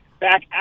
Back